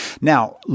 Now